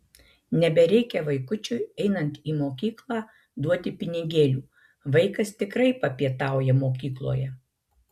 nebereikia vaikučiui einant į mokyklą duoti pinigėlių vaikas tikrai papietauja mokykloje